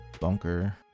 Bunker